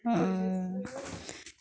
आं